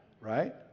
Right